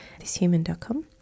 thishuman.com